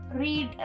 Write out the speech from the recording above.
read